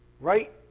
right